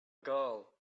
girl